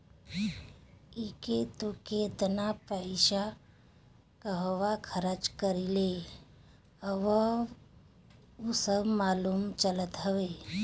एके तू केतना पईसा कहंवा खरच कईले हवअ उ सब मालूम चलत हवे